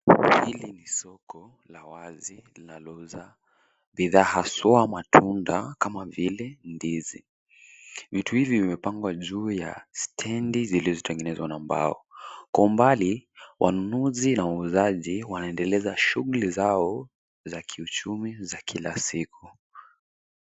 Hili ni soko la wazi linalouza bidhaa haswa matunda kama vile ndizi. Vitu hivi vimepangwa juu ya stendi zilizotengenezwa na mbao. Kwa umbali, wanunuzi na wauzaji wanaendeleza shughuli zao za kiuchumi za kila siku